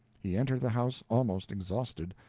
he entered the house almost exhausted,